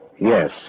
Yes